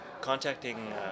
contacting